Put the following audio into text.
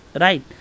Right